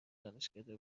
دانشکده